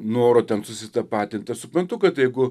noro ten susitapatinti aš suprantu kad jeigu